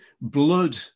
Blood